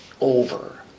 over